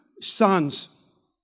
sons